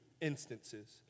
instances